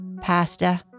pasta